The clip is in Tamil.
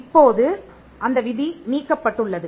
இப்போது அந்த விதி நீக்கப்பட்டுள்ளது